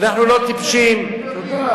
יש גם בתי-כנסת בברלין, תודה.